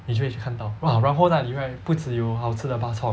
你就会去看到 !wah! 然后那里 right 不只有好吃的 bar chor mee